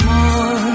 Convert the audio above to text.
more